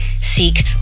seek